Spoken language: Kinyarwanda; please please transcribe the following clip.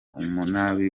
umunabi